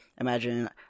imagine